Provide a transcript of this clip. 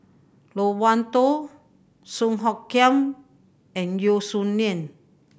Loke Wan Tho Song Hoot Kiam and Yeo Song Nian